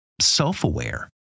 self-aware